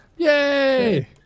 Yay